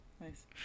Nice